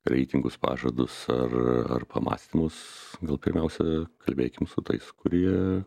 reitingus pažadus ar ar pamąstymus gal pirmiausia kalbėkim su tais kurie